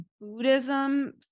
Buddhism